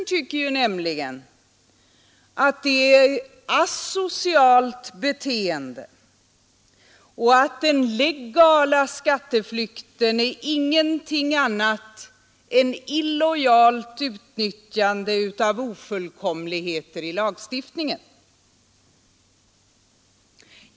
Finansministern tycker nämligen att det är asocialt beteende och att den legala skatteflykten ingenting är annat än illojalt utnyttjande av ofullkomligheter i lagstiftningen.